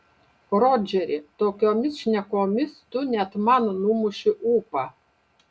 rodžeri tokiomis šnekomis tu net man numuši ūpą